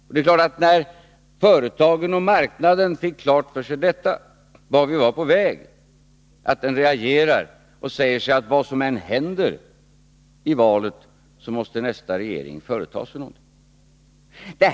Och när marknaden fick klart för sig vart vi var på väg är det klart att den reagerade, och det sades: Vad som än händer i valet måste nästa regering företa sig någonting.